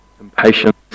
Impatience